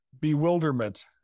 bewilderment